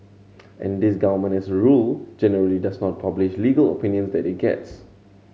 and this government as a rule generally does not publish legal opinions that it gets